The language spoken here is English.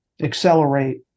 accelerate